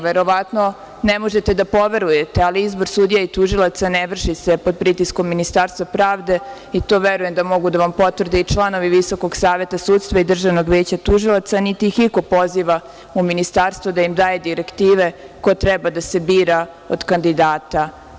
Verovatno ne možete da poverujete, ali izbor sudija i tužilaca ne vrši se pod pritiskom Ministarstva pravde i to verujem da mogu da vam potvrde i članovi Visokog saveta sudstva i Državnog veća tužilaca, niti ih iko poziva u Ministarstvo da im daje direktive ko treba da se bira od kandidata.